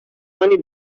money